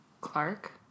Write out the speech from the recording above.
Clark